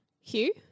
Hugh